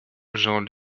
jean